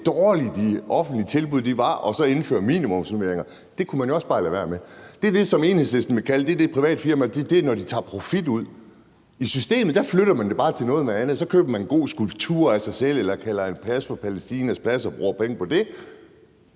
hvor dårlige de offentlige tilbud var, og så indføre minimumsnormeringer. Det kunne man også bare lade være med. Det er det, Enhedslisten kalder det, at de private firmaer tager profit ud. I systemet flytter man det bare til noget andet, og så køber man en god skulptur af sig selv eller kalder en plads for Palæstinas Plads og bruger penge på det.